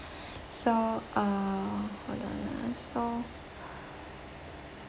so err hold on ah so